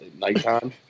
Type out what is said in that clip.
nighttime